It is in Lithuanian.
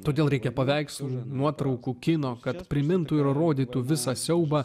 todėl reikia paveikslų nuotraukų kino kad primintų ir rodytų visą siaubą